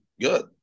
good